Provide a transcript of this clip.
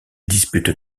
dispute